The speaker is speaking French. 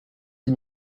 dix